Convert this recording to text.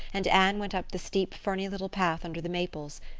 and anne went up the steep, ferny little path under the maples.